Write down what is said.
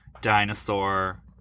dinosaur